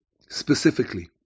specifically